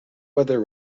weather